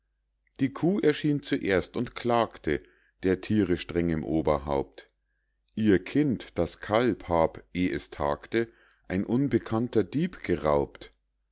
die kuh erschien zuerst und klagte der thiere strengem oberhaupt ihr kind das kalb hab eh es tagte ein unbekannter dieb geraubt